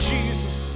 Jesus